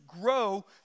grow